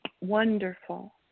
wonderful